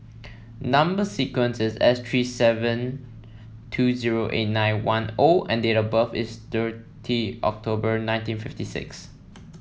number sequence is S three seven two zero eight nine one O and date of birth is thirty October nineteen fifty six